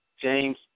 James